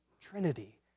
trinity